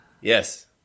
yes